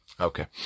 Okay